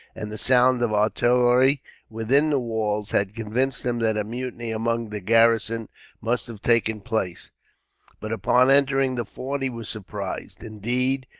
and the sound of artillery within the walls, had convinced him that a mutiny among the garrison must have taken place but upon entering the fort he was surprised, indeed,